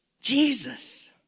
Jesus